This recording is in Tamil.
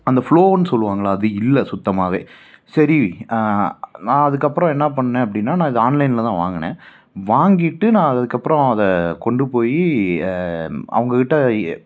அந்த ஃப்ளோவுன் சொல்லுவாங்கள அது இல்லை சுத்தமாவே சேரி நா அதுக்கப்பறம் என்ன பண்ணிணேன் அப்படின்னா நான் இது ஆன்லைனில் தான் வாங்கினேன் வாங்கிட்டு நான் அதுக்கப்பறம் அதை கொண்டு போய் அவங்ககிட்ட